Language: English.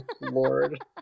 Lord